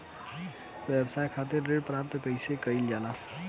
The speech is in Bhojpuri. व्यवसाय खातिर ऋण प्राप्त कइसे कइल जाला?